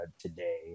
today